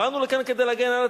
באנו לכאן כדי להגן על עצמנו,